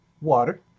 Water